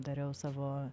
dariau savo